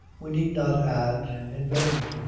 we need not add, in vain.